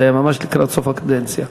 זה היה ממש לקראת סוף הקדנציה.